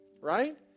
right